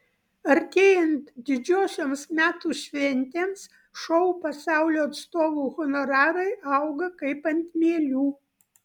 artėjant didžiosioms metų šventėms šou pasaulio atstovų honorarai auga kaip ant mielių